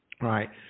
right